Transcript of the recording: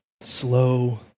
slow